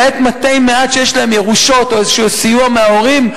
למעט מתי-מעט שיש להם ירושות או איזשהו סיוע מההורים,